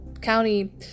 County